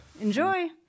Enjoy